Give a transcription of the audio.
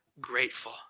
grateful